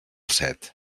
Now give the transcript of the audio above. set